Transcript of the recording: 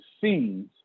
seeds